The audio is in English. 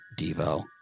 Devo